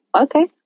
Okay